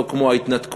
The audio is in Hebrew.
לא כמו ההתנתקות,